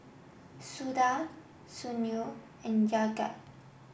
Suda Sunil and Jagat